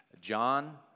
John